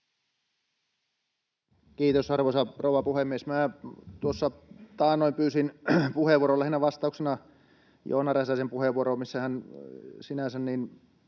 Kiitos, arvoisa rouva puhemies! Minä tuossa taannoin pyysin puheenvuoron lähinnä vastauksena Joona Räsäsen puheenvuoroon, missä hän sinänsä